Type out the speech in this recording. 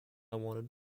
wanted